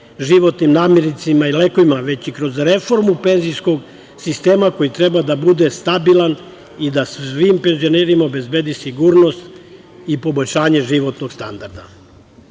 životnim namirnicama, lekovima, već i kroz reformu penzijskog sistema, koji treba da bude stabilan i da svim penzionerima obezbedi sigurnost i poboljšanje životnog standarda. Tako